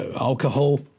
alcohol